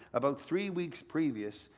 about three weeks previous,